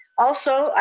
also,